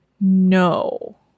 No